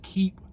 Keep